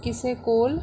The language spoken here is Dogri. किसै कोल